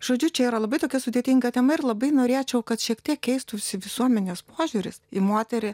žodžiu čia yra labai tokia sudėtinga tema ir labai norėčiau kad šiek tiek keistųsi visuomenės požiūris į moterį